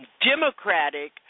Democratic